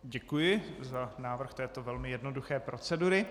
Děkuji za návrh této velmi jednoduché procedury.